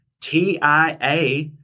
TIA